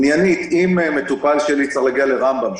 עניינית אם מטופל שלי צריך להגיע לרמב"ם,